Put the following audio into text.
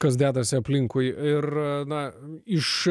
kas dedasi aplinkui ir na iš